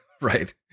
right